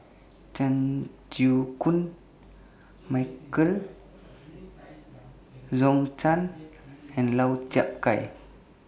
Chan Chew Koon Michael Zhou Can and Lau Chiap Khai